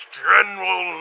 general